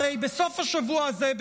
הרי בסוף השבוע הזה,